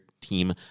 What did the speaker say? team